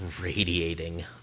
radiating